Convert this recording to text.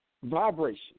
Vibration